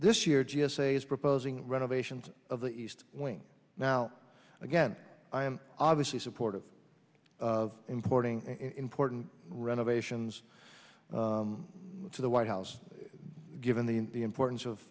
this year g s a is proposing renovations of the east wing now again i am obviously supportive of importing in port and renovations to the white house given the importance of